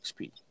XP